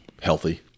healthy